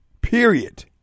Period